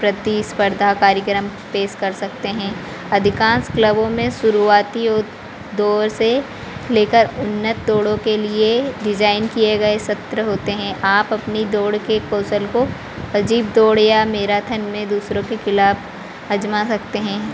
प्रतिस्पर्धा कार्यक्रम पेस कर सकते हैं अधिकांश क्लबों में शुरुआती दौड़ से लेकर उन्नत दौड़ों के लिए डिज़ाइन किए गए सत्र होते हैं आप अपनी दौड़ के कौशल को अजीब दौड़ या मेराथन में दूसरों के खिलाफ अजमा सकते हैं